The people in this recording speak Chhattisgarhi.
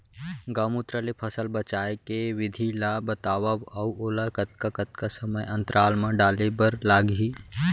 गौमूत्र ले फसल बचाए के विधि ला बतावव अऊ ओला कतका कतका समय अंतराल मा डाले बर लागही?